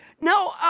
No